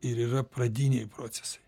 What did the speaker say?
ir yra pradiniai procesai